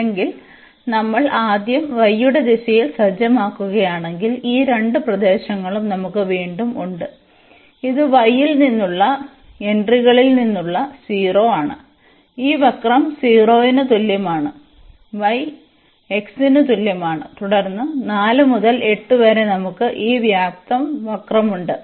അല്ലെങ്കിൽ നമ്മൾ ആദ്യം y യുടെ ദിശയിൽ സജ്ജമാക്കുകയാണെങ്കിൽ ഈ രണ്ട് പ്രദേശങ്ങളും നമുക്ക് വീണ്ടും ഉണ്ട് ഇത് y ൽ നിന്നുള്ള എൻട്രികളിൽ നിന്നുള്ള 0 ആണ് ഈ വക്രം 0 ന് തുല്യമാണ് y x ന് തുല്യമാണ് തുടർന്ന് 4 മുതൽ 8 വരെ നമുക്ക് ഈ വ്യത്യസ്ത വക്രമുണ്ട്